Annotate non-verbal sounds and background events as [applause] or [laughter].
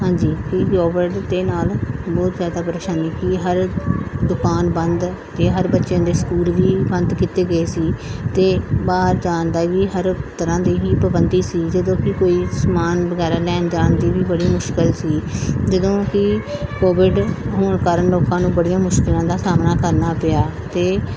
ਹਾਂਜੀ [unintelligible] ਦੇ ਨਾਲ ਬਹੁਤ ਜ਼ਿਆਦਾ ਪਰੇਸ਼ਾਨੀ ਸੀ ਹਰ ਦੁਕਾਨ ਬੰਦ ਅਤੇ ਹਰ ਬੱਚਿਆਂ ਦੇ ਸਕੂਲ ਵੀ ਬੰਦ ਕੀਤੇ ਗਏ ਸੀ ਅਤੇ ਬਾਹਰ ਜਾਣ ਦੀ ਵੀ ਹਰ ਤਰ੍ਹਾਂ ਦੀ ਹੀ ਪਾਬੰਦੀ ਸੀ ਜਦੋਂ ਕਿ ਕੋਈ ਸਮਾਨ ਵਗੈਰਾ ਲੈਣ ਜਾਣ ਦੀ ਵੀ ਬੜੀ ਮੁਸ਼ਕਿਲ ਸੀ ਜਦੋਂ ਕਿ ਕੋਵਿਡ ਹੋਣ ਕਾਰਨ ਲੋਕਾਂ ਨੂੰ ਬੜੀਆਂ ਮੁਸ਼ਕਿਲਾਂ ਦਾ ਸਾਹਮਣਾ ਕਰਨਾ ਪਿਆ ਅਤੇ